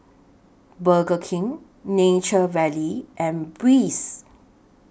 Burger King Nature Valley and Breezer